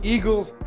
Eagles